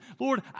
Lord